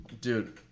Dude